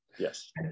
yes